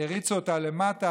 הריצו אותה למטה.